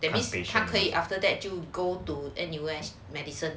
that means 它可以 after that go to N_U_S medicine